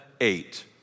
eight